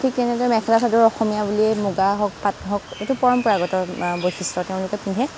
ঠিক তেনেদৰে মেখেলা চাদৰ অসমীয়া বুলিয়েই মুগা হওঁক পাট হওঁক এইটো পৰম্পৰাগত বৈশিষ্ট্য তেওঁলোকে পিন্ধে